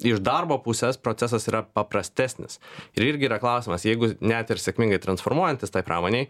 iš darbo pusės procesas yra paprastesnis ir irgi yra klausimas jeigu net ir sėkmingai transformuojantis tai pramonėje